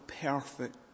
perfect